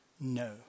no